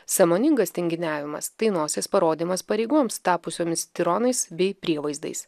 sąmoningas tinginiavimas tai nosies parodymas pareigoms tapusiomis tironais bei prievaizdais